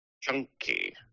Chunky